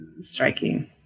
striking